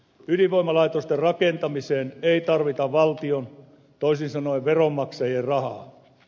ydinvoimalaitosten rakentamiseen ei tarvita valtion toisin sanoen veronmaksajien rahaa